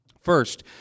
First